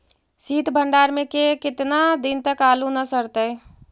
सित भंडार में के केतना दिन तक आलू न सड़तै?